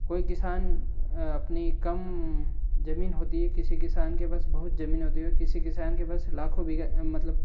कोई किसान अपनी कम ज़मीन होती है किसी किसान के पास बहुत ज़मीन होती है किसी किसान के पास लाखों बीघा मतलब